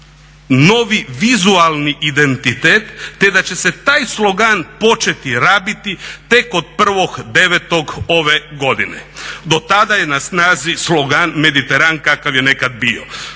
novi vizualni identitet te da će se taj slogan početi rabiti tek od 1.9. ove godine. Do tada je na snazi slogan "Mediteran kakav je nekad bio".